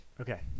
Okay